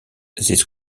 this